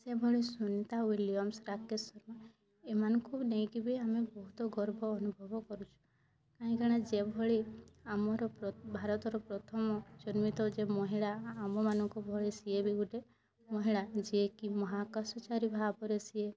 ସେଭଳି ସୁନିତା ଉଇଲିୟମ୍ ରାକେଶ୍ ଶର୍ମା ଏମାନଙ୍କୁ ନେଇକି ବି ଆମେ ବହୁତ ଗର୍ବ ଅନୁଭବ କରୁଛୁ କାହିଁକି ନା ଯେଭଳି ଆମର ଭାରତର ପ୍ରଥମ ଜନ୍ମିତ ଯେ ମହିଳା ଆମ ମାନଙ୍କ ଭଳି ସିଏ ବି ଗୋଟେ ମହିଳା ଯିଏ କି ମହାକାଶଚାରୀ ଭାବରେ ସିଏ